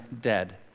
dead